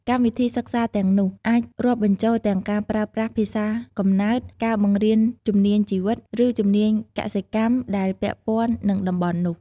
កម្មវិធីសិក្សាទាំងនោះ អាចរាប់បញ្ចូលទាំងការប្រើប្រាស់ភាសាកំណើត ការបង្រៀនជំនាញជីវិត ឬជំនាញកសិកម្មដែលពាក់ព័ន្ធនឹងតំបន់នោះ។